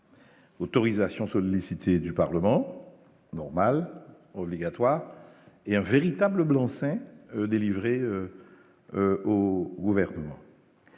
Autorisation sollicitées du Parlement normal obligatoire et un véritable blanc-seing délivré au ouverte.